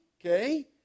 okay